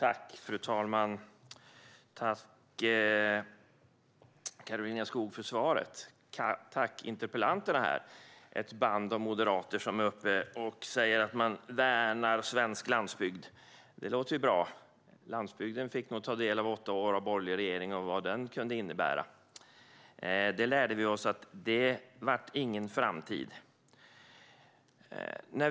Fru talman! Jag tackar Karolina Skog för svaret, och jag tackar interpellanten och hela det band av moderater som har varit uppe och säger sig värna svensk landsbygd. Det låter ju bra, men landsbygden fick ta del av vad åtta år med borgerlig regering innebar. Vi lärde oss att det inte var någon framtid i det.